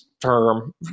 term